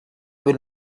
will